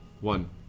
one